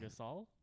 Gasol